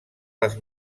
les